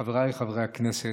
חבריי חברי הכנסת,